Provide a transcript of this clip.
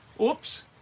Oops